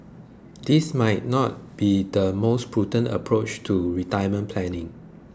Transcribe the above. this might not be the most prudent approach to retirement planning